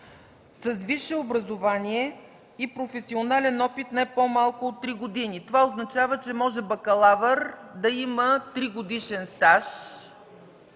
с висше образование и професионален опит не по-малко от три години. Това означава, че може бакалавър да има тригодишен стаж,